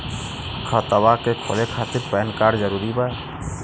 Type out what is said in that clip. खतवा के खोले खातिर पेन कार्ड जरूरी बा?